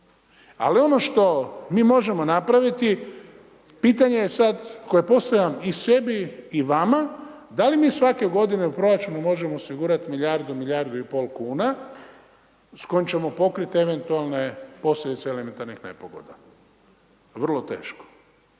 Ali ono što mi možemo napraviti pitanje je sad koje postavljam i sebi i vama da li mi svake godine u proračunu možemo osigurati milijardu, milijardu i pol kuna s kojim ćemo pokriti eventualne posljedice elementarnih nepogoda. Vrlo teško.